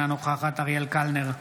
אינה נוכחת אריאל קלנר,